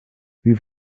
wie